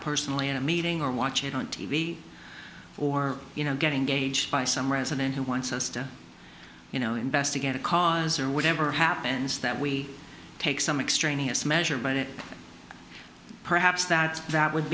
personally in a meeting or watch it on t v or you know getting gauged by some resident who wants us to you know investigate a cause or whatever happens that we take some extraneous measure but it perhaps that that would